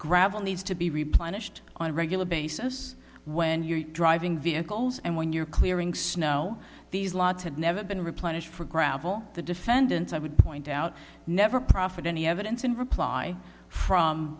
gravel needs to be replenished on a regular basis when you're driving vehicles and when you're clearing snow these lots had never been replenished for gravel the defendant i would point out never profit any evidence in reply from